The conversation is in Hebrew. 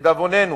לדאבוננו,